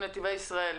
נתיבי ישראל,